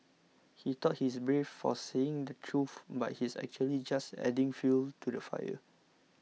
he thought he's brave for saying the truth but he's actually just adding fuel to the fire